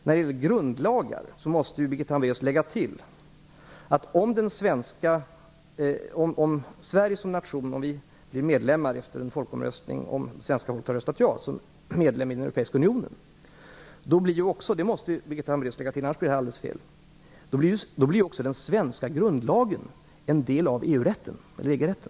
När det gäller grundlagar måste Birgitta Hambraeus tillägga att om Sverige som nation efter folkomröstningen blir medlem i den europeiska unionen, då blir också den svenska grundlagen en del av EU-rätten.